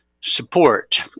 support